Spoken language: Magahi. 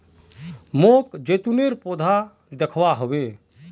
मोक जैतूनेर पौधा दखवा ह बे